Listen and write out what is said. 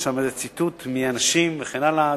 יש שם ציטוט מי האנשים, וכן הלאה.